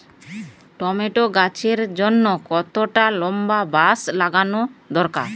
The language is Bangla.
টমেটো গাছের জন্যে কতটা লম্বা বাস লাগানো দরকার?